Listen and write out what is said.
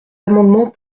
amendement